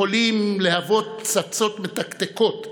יכולים להוות פצצות מתקתקות,